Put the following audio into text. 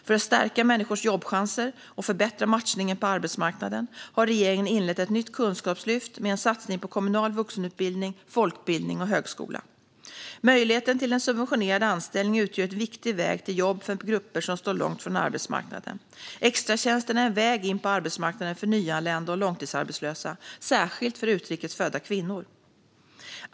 För att stärka människors jobbchanser och förbättra matchningen på arbetsmarknaden har regeringen inlett ett nytt kunskapslyft med en satsning på kommunal vuxenutbildning, folkbildning och högskola. Möjligheten till en subventionerad anställning utgör en viktig väg till jobb för grupper som står långt ifrån arbetsmarknaden. Extratjänsterna är en väg in på arbetsmarknaden för nyanlända och långtidsarbetslösa, särskilt för utrikes födda kvinnor.